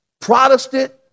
Protestant